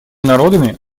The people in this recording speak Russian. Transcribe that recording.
народами